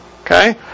Okay